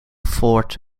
fort